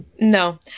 No